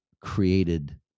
created